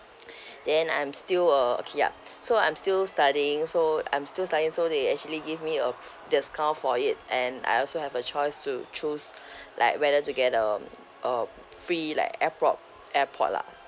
then I'm still a okay yup so I'm still studying so I'm still studying so they actually give me a discount for it and I also have a choice to choose like whether to get um uh free like airpod airpod lah